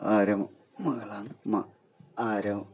ആരാ മകളാണെന്ന് മ ആരാ